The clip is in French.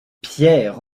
pierre